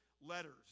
letters